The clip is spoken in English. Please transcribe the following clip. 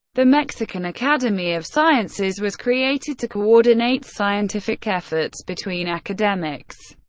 the mexican academy of sciences was created to coordinate scientific efforts between academics.